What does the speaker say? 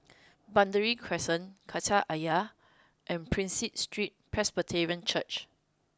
Burgundy Crescent Kreta Ayer and Prinsep Street Presbyterian Church